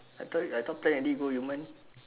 I thought I thought plan already go yumen